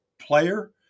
player